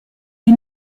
est